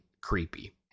creepy